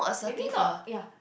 maybe not ya